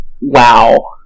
wow